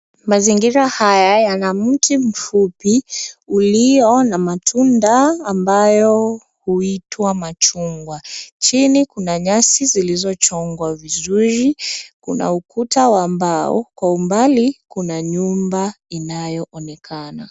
Mazingira haya yana mti mfupi ulio na matunda ambayo huitwa machungwa. Chini kuna nyasi zilizochongwa vizuri. Kuna ukuta wa mbao. Kwa umbali kuna nyumba inayoonekana.